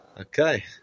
okay